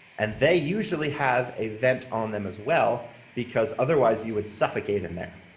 and they usually have a vent on them as well because otherwise you would suffocate in there.